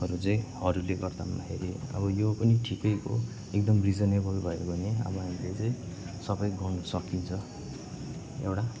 हरू चाहिँ हरूले गर्दामाखेरि अब यो पनि ठिकैको एकदम रिजनेबल भयो भने अब हामीले चाहिँ सबै गर्नु सकिन्छ एउटा